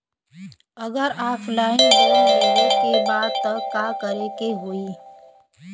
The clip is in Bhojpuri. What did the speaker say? अगर ऑफलाइन लोन लेवे के बा त का करे के होयी?